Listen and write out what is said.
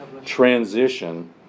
transition